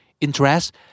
Interest